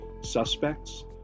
suspects